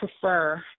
prefer